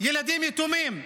ילדים יתומים,